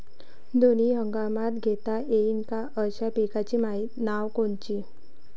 दोनी हंगामात घेता येईन अशा पिकाइची नावं कोनची?